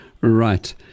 Right